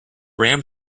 ram